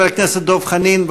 חבר הכנסת דב חנין,